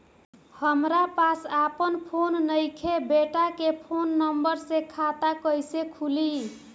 हमरा पास आपन फोन नईखे बेटा के फोन नंबर से खाता कइसे खुली?